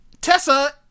tessa